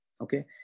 Okay